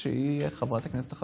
(קוראת בשמות חברי הכנסת)